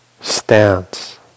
stance